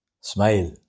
smile